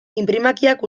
inprimakiak